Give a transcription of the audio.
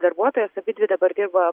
darbuotojos abidvi dabar dirba